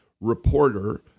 reporter